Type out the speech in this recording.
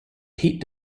peat